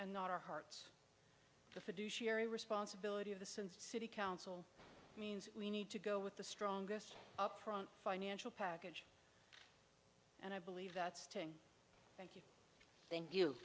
and not our hearts the fiduciary responsibility of the sin city council means we need to go with the strongest upfront financial package and i believe that's to thank you